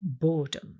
boredom